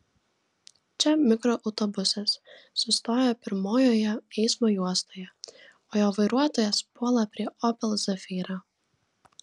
čia mikroautobusas sustoja pirmojoje eismo juostoje o jo vairuotojas puola prie opel zafira